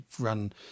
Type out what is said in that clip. run